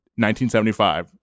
1975